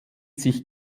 sich